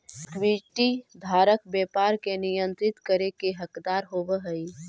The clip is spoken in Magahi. इक्विटी धारक व्यापार के नियंत्रित करे के हकदार होवऽ हइ